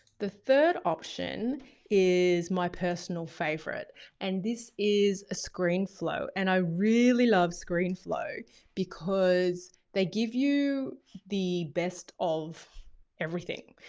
the third option is my personal favourite and this is ah screenflow and i really love screenflow because they give you the best of everything.